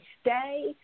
Stay